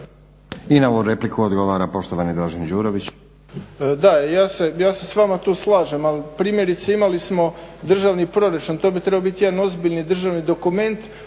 I na ovu repliku odgovara poštovani Dražen Đurović.